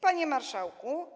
Panie Marszałku!